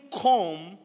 come